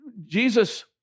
Jesus